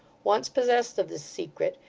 once possessed of this secret,